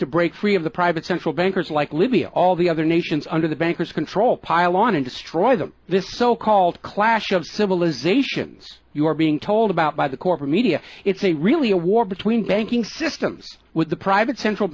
to break free of the private central bankers like libya all the other nations under the bankers control pile on and destroy this so called clash of civilizations you are being told about by the corporate media it's a really a war between banking systems with the private central